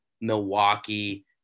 Milwaukee